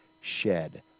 shed